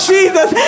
Jesus